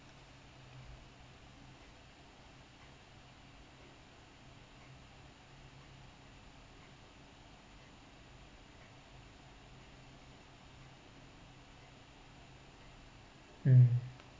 um